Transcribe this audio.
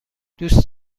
دوست